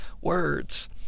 Words